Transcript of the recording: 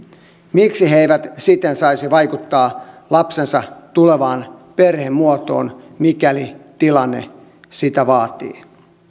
miksi he eivät sitten saisi vaikuttaa lapsensa tulevaan perhemuotoon mikäli tilanne sitä vaatii